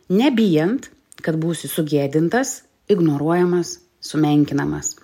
nebijant kad būsi sugėdintas ignoruojamas sumenkinamas